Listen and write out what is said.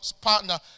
partner